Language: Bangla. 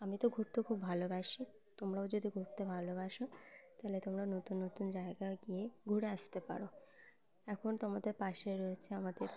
আমি তো ঘুরতে খুব ভালোবাসি তোমরাও যদি ঘুরতে ভালোবাসো তাহলে তোমরা নতুন নতুন জায়গায় গিয়ে ঘুরে আসতে পারো এখন তোমাদের পাশে রয়েছে আমাদের